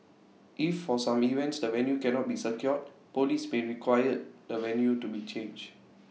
if for some events the venue cannot be secured Police may require the venue to be changed